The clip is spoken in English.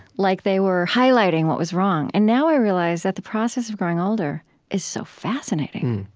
like they were highlighting what was wrong. and now i realize that the process of growing older is so fascinating.